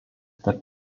tarp